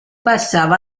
passava